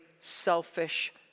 selfish